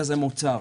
איזה מוצר,